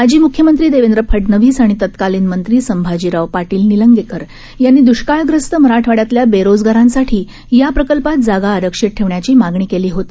माजी मुख्यमंत्री देवेंद्र फडणवीस आणि तत्कालीन मंत्री संभाजीराव पाटील निलंगेकर यांनी दुष्काळग्रस्त मराठवाड्यातल्या बेरोजगारांसाठी या प्रकल्पात जागा आरक्षित ठेवण्याची मागणी केली होती